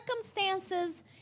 circumstances